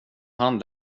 han